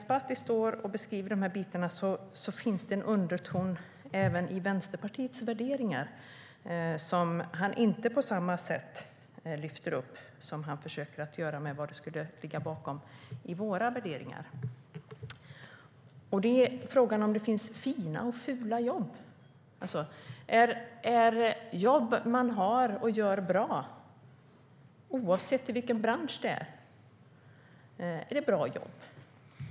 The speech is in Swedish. När Ali Esbati beskriver dessa saker finns det en underton i Vänsterpartiets värderingar som han inte lyfter fram på samma sätt som han försöker göra när det gäller vad som skulle ligga bakom våra värderingar. Det handlar om frågan om det finns fina och fula jobb. Är jobb som man har och gör bra, oavsett i vilken bransch det är, bra jobb?